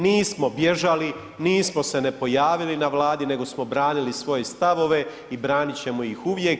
Nismo bježali, nismo se ne pojavili na Vladi nego smo branili svoje stavove i braniti ćemo ih uvijek.